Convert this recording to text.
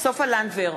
סופה לנדבר,